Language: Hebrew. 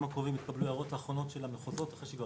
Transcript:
הקרובים תקבלו הערות אחרונות של המחוזות אחרי שכבר